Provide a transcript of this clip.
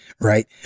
right